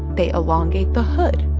they elongate the hood.